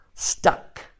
Stuck